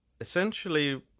essentially